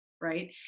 Right